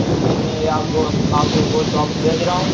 اس لیے میں آپ کو آپ کو یہ گوشت واپس بھیج رہا ہوں